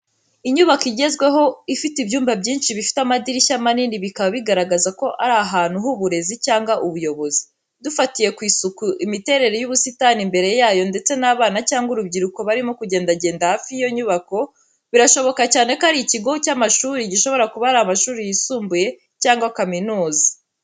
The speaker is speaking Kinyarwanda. Inyubako igezweho ifite ibyumba byinshi bifite amadirishya manini bikaba bigaragaza ko ari ahantu h'uburezi cyangwa ubuyobozi. Dufatiye ku isuku imiterere y’ubusitani imbere yayo ndetse n’abana cyangwa urubyiruko barimo kugendagenda hafi y’iyo nyubako, birashoboka cyane ko ari ikigo cy'amashuri gishobora kuba amashuri yimbuye cyangwa kaminuza.